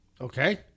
Okay